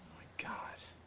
god.